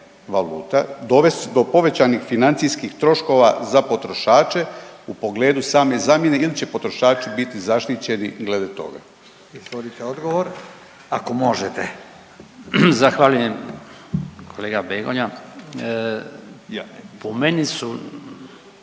valuta dovest do povećanih financijskih troškova za potrošače u pogledu same zamjene ili će potrošači biti zaštićeni glede toga? **Radin, Furio (Nezavisni)** Izvolite odgovor. Ako možete.